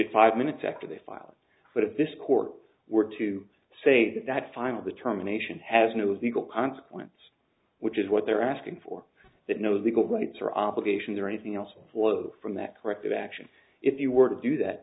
it five minutes after they filed but if this court were to say that that final determination has news legal consequence which is what they're asking for that no the goal weights are obligations or anything else flows from that corrective action if you were to do that